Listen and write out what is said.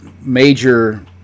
major